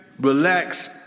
relax